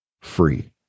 free